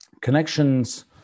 Connections